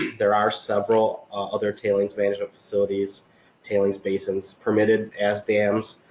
there are several other tailings management facilities tailings basins permitted as dams,